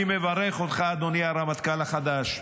אני מברך אותך, אדוני הרמטכ"ל החדש.